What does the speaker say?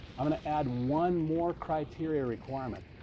i'm going to add one more criteria requirement,